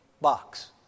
box